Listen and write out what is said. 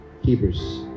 Hebrews